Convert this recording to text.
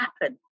happen